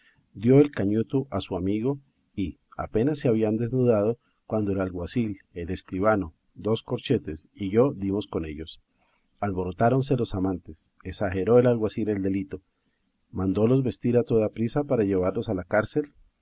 dio el cañuto a su amigo y apenas se habían desnudado cuando el alguacil el escribano dos corchetes y yo dimos con ellos alborotáronse los amantes esageró el alguacil el delito mandólos vestir a toda priesa para llevarlos a la cárcel